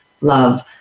love